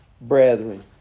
brethren